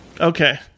Okay